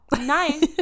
nice